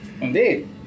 Indeed